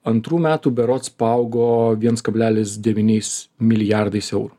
antrų metų berods paaugo viens kablelis devyniais milijardais eurų